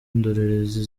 ndorerezi